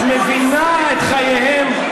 את מבינה את חייהם,